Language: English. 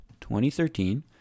2013